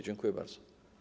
Dziękuję bardzo.